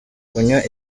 kunywa